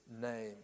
name